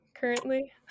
currently